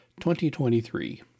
2023